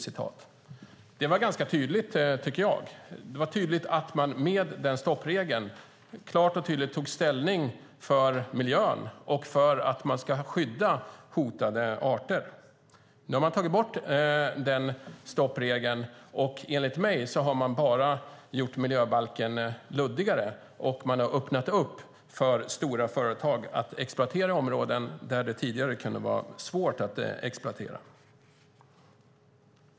Med den stoppregeln tog man klart och tydligt ställning för miljön och för att skydda hotade arter. Nu har man tagit bort den regeln. Enligt mig har man därigenom bara gjort miljöbalken luddigare, och man har gett en möjlighet för stora företag att exploatera i områden där det tidigare kunde vara svårt att exploatera.